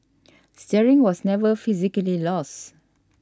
steering was never physically lost